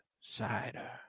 Cider